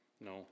No